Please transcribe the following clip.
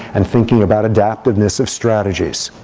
and thinking about adaptiveness of strategies.